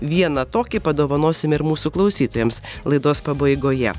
vieną tokį padovanosime ir mūsų klausytojams laidos pabaigoje